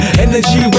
energy